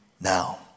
now